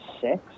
six